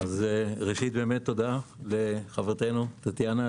ראשית תודה לחברתנו טטיאנה,